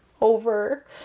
over